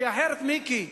כי אחרת, מיקי,